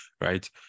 right